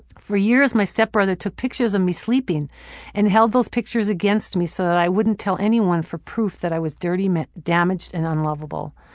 for years my stepbrother took pictures of me sleeping and held those pictures against me so that i wouldn't tell anyone for proof that i was dirty, damaged, and unlovable.